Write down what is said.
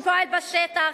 שפועל בשטח,